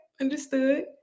Understood